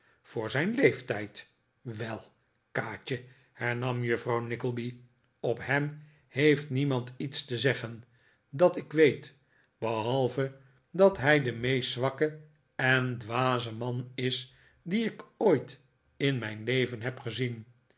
voor zijn leeftijd wel kaatje hernam juffrouw nickleby op hem heeft niemand iets te zeggen dat ik weet behalve dat hij de meest zwakke en dwaze man is die ik ooit in mijn leven heb gezien